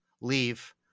leave